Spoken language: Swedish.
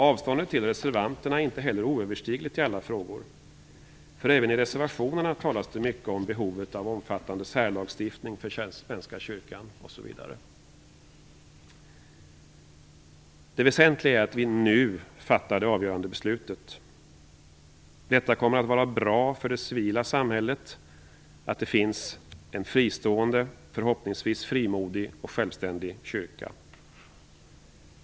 Avståndet till reservanterna är inte heller oöverstigligt i alla frågor, eftersom det även i reservationerna talas mycket om behovet av omfattande särlagstiftning för Det väsentliga är att vi nu fattar det avgörande beslutet. Det kommer att vara bra för det civila samhället med en fristående, förhoppningsvis frimodig och självständig, kyrka.